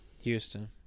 Houston